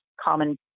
common